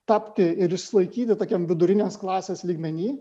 tapti ir išsilaikyti tokiam vidurinės klasės lygmeny